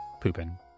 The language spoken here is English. pooping